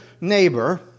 neighbor